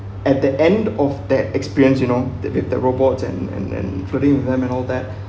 at the end of that experience you know that with the robots and and and putting them and all that